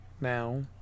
now